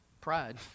Pride